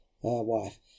wife